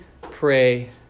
pray